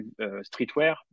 streetwear